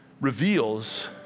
reveals